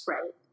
Right